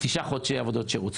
תשעה חודשי עבודות שירות.